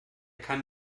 kann